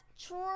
true